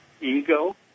ego